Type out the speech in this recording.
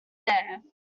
there